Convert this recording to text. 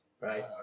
Right